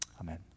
Amen